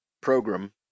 Program